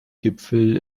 gipfel